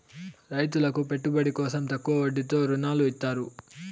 రైతులకు పెట్టుబడి కోసం తక్కువ వడ్డీతో ఋణాలు ఇత్తారు